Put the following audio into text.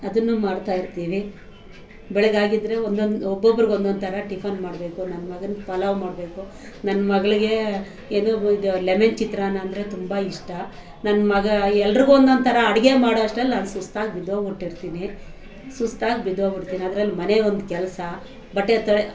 ಅದನ್ನು ಮಾಡ್ತಾಯಿರ್ತೀವಿ ಬೆಳಗಾಗಿದ್ರೆ ಒಂದೊಂದು ಒಬ್ಬೊಬ್ರಿಗೆ ಒಂದೊಂದು ಥರ ಟಿಫನ್ ಮಾಡಬೇಕು ನನ್ನ ಮಗನಿಗೆ ಪಲಾವು ಮಾಡಬೇಕು ನನ್ನ ಮಗಳಿಗೆ ಏನು ಇದು ಲೆಮೆನ್ ಚಿತ್ರಾನ್ನ ಅಂದರೆ ತುಂಬ ಇಷ್ಟ ನನ್ನ ಮಗ ಎಲ್ರಿಗೂ ಒಂದೊಂದು ಥರ ಅಡುಗೆ ಮಾಡೋವಷ್ಟರಲ್ಲಿ ನಾನು ಸುಸ್ತಾಗಿ ಬಿದ್ದೋಗ್ಬಿಟ್ಟಿರ್ತೀನಿ ಸುಸ್ತಾಗಿ ಬಿದ್ದೋಗಿಬಿಡ್ತೀನಿ ಅದ್ರಲ್ಲಿ ಮನೆದು ಒಂದು ಕೆಲಸ ಬಟ್ಟೆ ತ